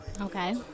Okay